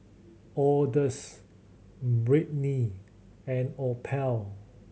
Odus Britny and Opal